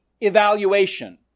evaluation